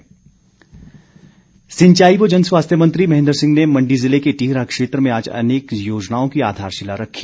महेन्द्र सिंह सिंचाई व जन स्वास्थ्य मंत्री महेन्द्र सिंह ने मण्डी ज़िले के टिहरा क्षेत्र में आज अनेक योजनाओं की आधारशिला रखी